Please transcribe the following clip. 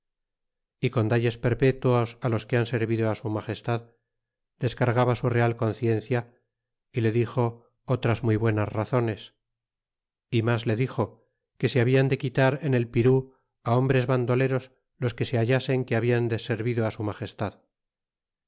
y con dalles perpetuos los que han servido su magestad descargaba su real conciencia y le dixo otras muy buenas razones y mas le dixo que se habian de quitar en el piró hombres vandoleros los que se hallasen que hablan deservido su magestad